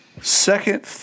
second